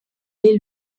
est